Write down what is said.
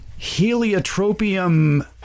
Heliotropium